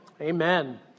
Amen